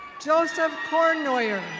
joseph cordnoyer.